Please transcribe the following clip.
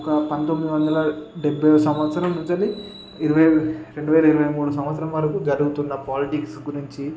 ఒక పంతొమ్మిది వందల డెబ్భైవ సంవత్సరం నుంచి వెళ్ళి ఇరవై రెండు వేల ఇరవై మూడో సంవత్సరం వరకు జరుగుతున్న పాలిటిక్స్ గురించి